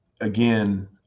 again